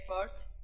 airport